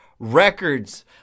records